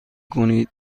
کنید